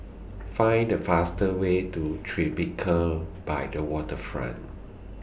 Find The fastest Way to Tribeca By The Waterfront